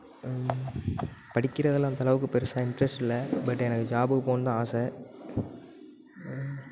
படிக்கிறதெலான் அந்த அளவுக்கு பெரிசா இன்ட்ரஸ்ட் இல்லை பட் எனக்கு ஜாப்புக்கு போகணுன்னு தான் ஆசை